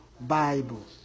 Bible